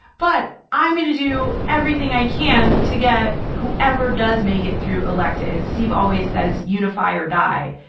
but i'm going to do everything i can to get whoever does make it through elected. and steve always says unify or die.